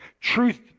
Truth